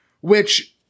which-